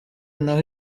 naho